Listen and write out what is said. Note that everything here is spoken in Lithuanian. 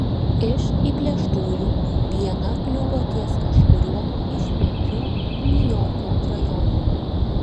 iš įplėštųjų viena kliuvo ties kažkuriuo iš penkių niujorko rajonų